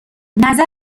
نظر